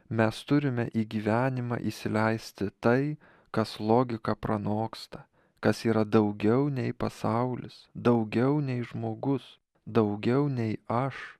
mes turime į gyvenimą įsileisti tai kas logiką pranoksta kas yra daugiau nei pasaulis daugiau nei žmogus daugiau nei aš